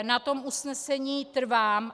Na tom usnesení trvám.